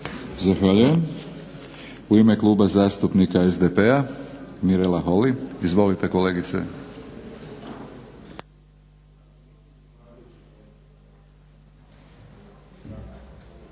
Zahvaljujem. U ime Kluba zastupnika SDP-a Mirela Holy. Izvolite kolegice.